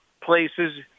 places